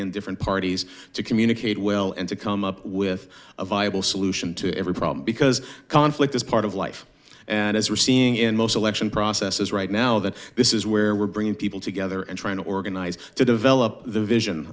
in different parties to communicate well and to come up with a viable solution to every problem because conflict is part of life and as we're seeing in most election process is right now that this is where we're bringing people together and trying to organize to develop the vision